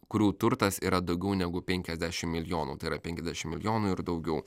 kurių turtas yra daugiau negu penkiasdešim milijonų tai yra penkiasdešim milijonų ir daugiau